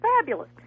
Fabulous